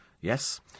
Yes